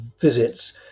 visits